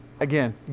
Again